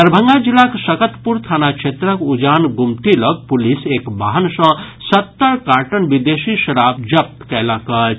दरभंगा जिलाक सकतपुर थाना क्षेत्रक उजान गुमटी लग पुलिस एक वाहन सँ सत्तर कार्ट विदेशी शराब जब्त कैलक अछि